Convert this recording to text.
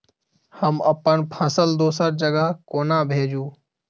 हम अप्पन फसल दोसर जगह कोना भेजू?